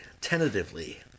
tentatively